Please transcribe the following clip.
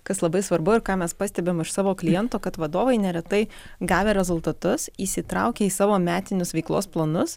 kas labai svarbu ir ką mes pastebim iš savo klientų kad vadovai neretai gavę rezultatus įsitraukia į savo metinius veiklos planus